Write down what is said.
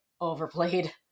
overplayed